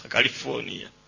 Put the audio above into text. California